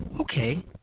okay